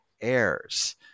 heirs